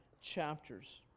chapters